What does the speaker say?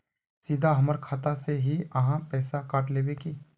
सीधा हमर खाता से ही आहाँ पैसा काट लेबे की?